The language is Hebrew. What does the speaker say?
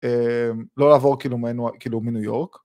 לא לעבור כאילו מניו יורק.